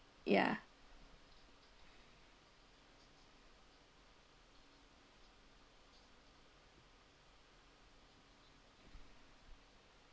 ya